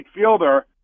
fielder